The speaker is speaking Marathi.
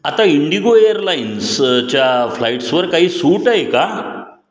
आता इंडिगो एअरलाइन्सच्या फ्लाइट्सवर काही सूट आहे का